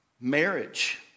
marriage